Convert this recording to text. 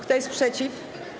Kto jest przeciw?